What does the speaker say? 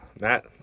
Matt